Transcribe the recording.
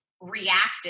reactive